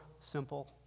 simple